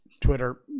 Twitter